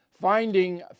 Finding